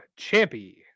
Champy